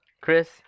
Chris